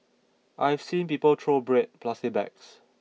I've seen people throw bread plastic bags